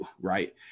right